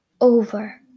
over